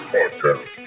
Podcast